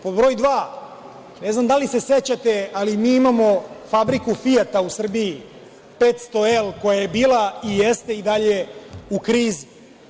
Pod broj dva, ne znam da li sećate ali mi imamo fabriku „Fijat“ u Srbiji, 500L koja je bila i jeste i dalje u krizi.